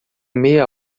meia